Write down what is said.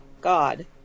God